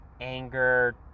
anger